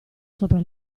sopra